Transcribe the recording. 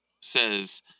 says